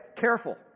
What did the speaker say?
Careful